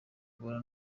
kubara